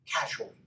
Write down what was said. casually